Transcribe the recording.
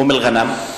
אום-אל-ע'אנם,